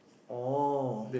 oh